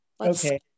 Okay